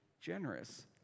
generous